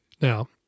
Now